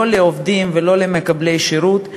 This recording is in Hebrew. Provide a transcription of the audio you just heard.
לא לעובדים ולא למקבלי שירות.